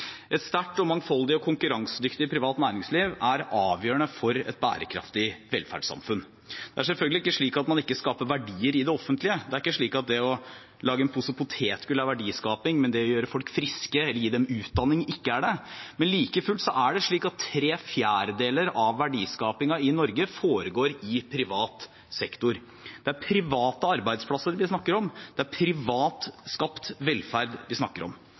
Et sterkt, mangfoldig og konkurransedyktig privat næringsliv er avgjørende for et bærekraftig velferdssamfunn. Det er selvfølgelig ikke slik at man ikke skaper verdier i det offentlige. Det er ikke slik at det å lage en pose potetgull er verdiskaping, mens det å gjøre folk friske eller gi dem utdanning ikke er det. Men like fullt er det slik at tre fjerdedeler av verdiskapingen i Norge foregår i privat sektor. Det er private arbeidsplasser vi snakker om, det er privat skapt velferd vi snakker om.